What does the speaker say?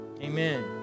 Amen